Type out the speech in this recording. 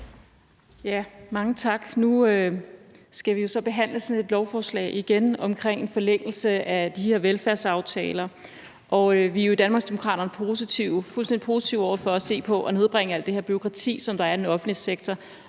Mange tak. Nu skal vi så igen behandle sådan et lovforslag om forlængelse af de her velfærdsaftaler. Vi er jo i Danmarksdemokraterne fuldstændig positive over for at se på og nedbringe alt det her bureaukrati, der er i den offentlige sektor,